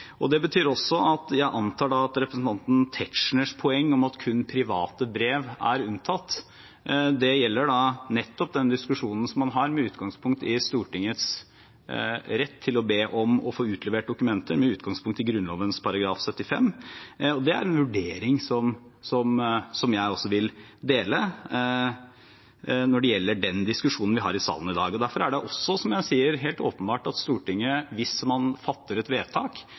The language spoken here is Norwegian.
Det betyr også at jeg antar at representanten Tetzschners poeng om at kun private brev er unntatt, gjelder nettopp den diskusjonen man har, med utgangspunkt i Stortingets rett til å be om å få utlevert dokumenter med utgangspunkt i Grunnloven § 75. Det er en vurdering jeg også deler, når det gjelder den diskusjonen vi har i salen i dag. Derfor er det også, som jeg sier, helt åpenbart at hvis Stortinget fatter et vedtak,